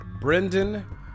Brendan